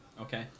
Okay